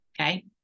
Okay